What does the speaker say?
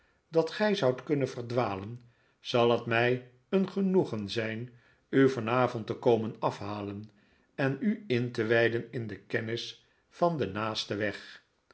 dat gij zoudt kunnen verdwalen zal het mij een genoegen zijn u vanavond te komen afhalen en u in te wijden in de kennis van den naasten weg